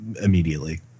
immediately